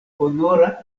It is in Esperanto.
honora